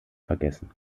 vergessen